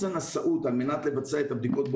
אלינו ובשבוע הבא אני מבקש לשלוח החוצה כי המיטות שלי